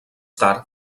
tard